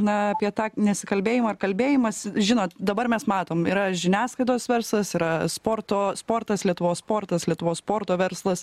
na apie tą nesikalbėjimą ar kalbėjimąsi žinot dabar mes matom yra žiniasklaidos verslas yra sporto sportas lietuvos sportas lietuvos sporto verslas